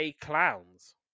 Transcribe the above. Clowns